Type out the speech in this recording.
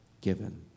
given